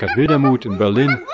ah wildermuth in berlin